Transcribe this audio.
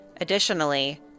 Additionally